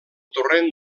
torrent